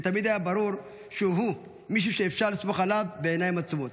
ותמיד היה ברור שהוא מישהו שאפשר לסמוך עליו בעיניים עצומות.